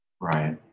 Right